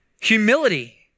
Humility